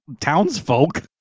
townsfolk